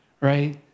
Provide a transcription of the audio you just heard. right